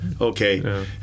Okay